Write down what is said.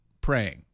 praying